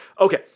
Okay